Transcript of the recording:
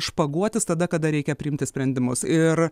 špaguotis tada kada reikia priimti sprendimus ir